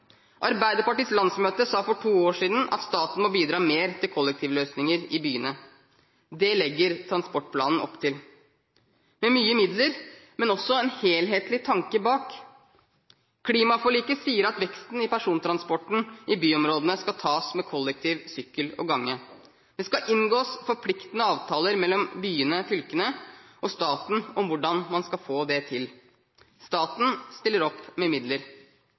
Arbeiderpartiets landsmøte sa for to år siden at staten må bidra mer til kollektivløsninger i byene. Det legger transportplanen opp til, med mye midler, men også med en helhetlig tanke bak. I klimaforliket sies at veksten i persontransport i byområdene skal tas ved hjelp av kollektivtransport, sykkel og gange. Det skal inngås forpliktende avtaler mellom byene/fylkene og staten om hvordan man skal få det til. Staten stiller opp med midler.